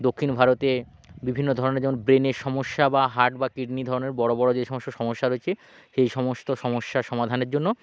দক্ষিণ ভারতে বিভিন্ন ধরনের যেমন ব্রেনের সমস্যা বা হার্ট বা কিডনি ধরনের বড়ো বড়ো যেই সমস্ত সমস্যা রয়েছে সেই সমস্ত সমস্যার সমাধানের জন্য